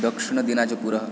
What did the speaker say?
दक्षिणदिनाजपुरः